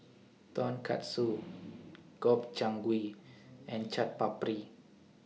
Tonkatsu Gobchang Gui and Chaat Papri